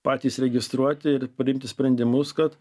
patys registruoti ir priimti sprendimus kad